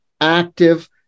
active